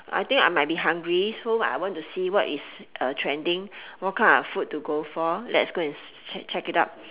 I think I might be hungry so I want to see what is uh trending what kind of food to go for let's go and s~ check it out